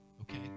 Okay